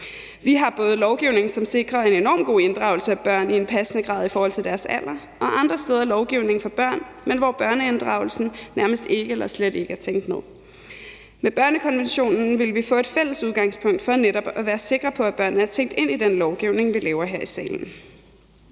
Vi har både lovgivning, som sikrer en enormt god inddragelse af børn i en passende grad i forhold til deres alder, og andre steder har vi lovgivning for børn, hvor børneinddragelsen nærmest ikke eller slet ikke er tænkt med. Med børnekonventionen ville vi få et fælles udgangspunkt for netop at være sikker på, at børnene er tænkt ind i den lovgivning, vi laver her i salen.